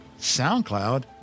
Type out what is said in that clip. SoundCloud